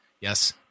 Yes